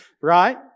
Right